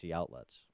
outlets